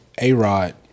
A-Rod